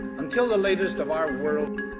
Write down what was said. until the latest um ah world